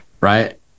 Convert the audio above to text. right